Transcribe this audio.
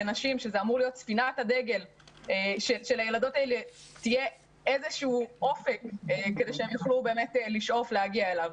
הנשים יהיה איזשהו אופק לשאוף להגיע אליו.